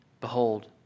Behold